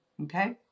Okay